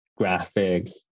graphics